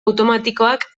automatikoak